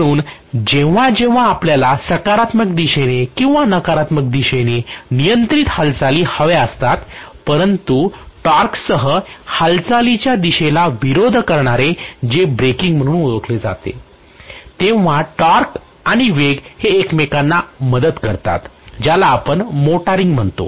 म्हणून जेव्हा जेव्हा आम्हाला सकारात्मक दिशेने किंवा नकारात्मक दिशेने नियंत्रित हालचाली हव्या असतात परंतु टॉर्कसह हालचालीच्या दिशेला विरोध करणारे जे ब्रेकिंग म्हणून ओळखले जाते तेव्हा टॉर्क आणि वेग हे एकमेकांना मदत करतात ज्याला आपण मोटारिंग म्हणतो